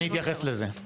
אני אתייחס לזה.